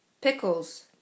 Pickles